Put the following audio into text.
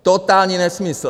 Totální nesmysl!